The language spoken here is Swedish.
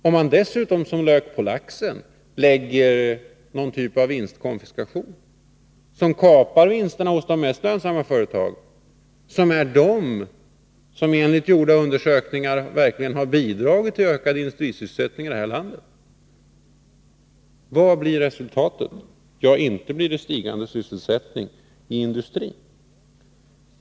Om man dessutom som lök på laxen lägger till någon typ av vinstkonfiskation hos de mest lönsamma företagen, som enligt gjorda undersökningar är de som verkligen har bidragit till ökad industrisysselsättning i vårt land, vad blir då resultatet? Ja, inte blir det stigande sysselsättning i industrin.